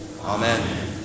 Amen